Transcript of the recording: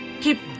Keep